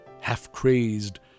half-crazed